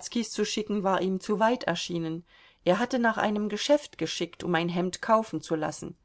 zu schicken war ihm zu weit erschienen er hatte nach einem geschäft geschickt um ein hemd kaufen zu lassen